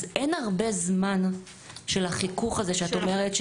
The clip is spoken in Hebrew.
אז אין הרבה זמן של החיכוך הזה שאת אומרת,